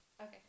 okay